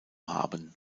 haben